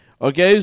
Okay